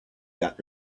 got